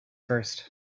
first